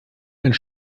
einen